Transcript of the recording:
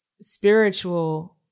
spiritual